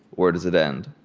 where does it end?